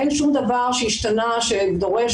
אין שום דבר שהשתנה שדורש,